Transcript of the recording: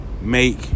make